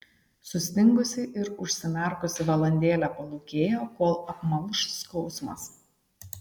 sustingusi ir užsimerkusi valandėlę palūkėjo kol apmalš skausmas